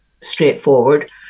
straightforward